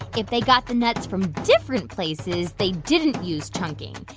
if they got the nuts from different places, they didn't use chunking.